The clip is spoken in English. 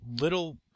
little